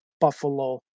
Buffalo